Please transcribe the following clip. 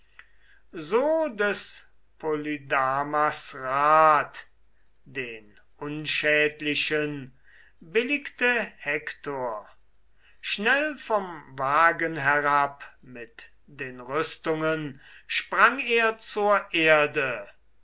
so des polydamas rat den unschädlichen billigte hektor schnell vom wagen herab mit den rüstungen sprang er zur erde